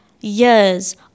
years